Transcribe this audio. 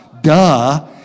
Duh